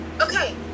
Okay